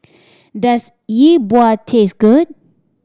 does Yi Bua taste good